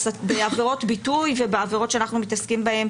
בעבירות ביטוי ובעבירות שאנחנו מתעסקים בהן,